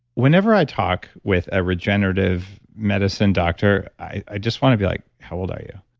whenever i talk with a regenerative medicine doctor, i just want to be like, how old are you?